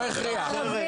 מה עוד?